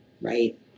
right